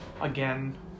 again